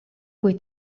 cui